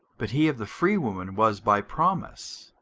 but he of the freewoman was by promise.